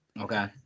Okay